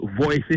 voices